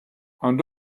and